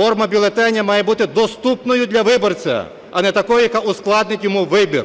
Форма бюлетеня має бути доступною для виборця, а не такою яка ускладнить йому вибір.